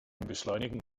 beschleunigen